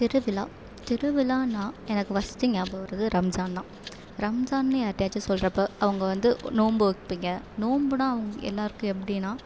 திருவிழா திருவிழான்னா எனக்கு ஃபர்ஸ்ட்டு ஞாபகம் வரது ரம்ஜான் தான் ரம்ஜான்னு யாருட்டையாச்சி சொல்லுறப்ப அவங்க வந்து நோன்பு வைப்பிங்க நோன்புனா அவங் எல்லோருக்கும் எப்படின்னா